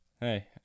Hey